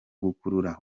gukurura